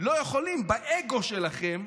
לא יכולים, באגו שלכם,